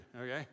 okay